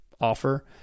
offer